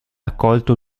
accolto